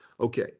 okay